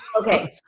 Okay